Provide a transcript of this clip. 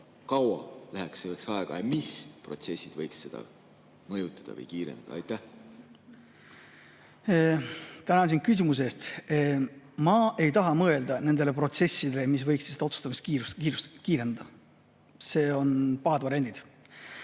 kaua läheks selleks aega ja mis protsessid võiks seda mõjutada või kiirendada? Tänan sind küsimuse eest! Ma ei taha mõelda nendele protsessidele, mis võiks otsustamist kiirendada. Need on pahad variandid.